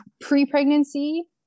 pre-pregnancy